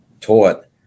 taught